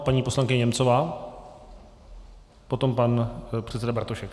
Paní poslankyně Němcová, potom pan předseda Bartošek.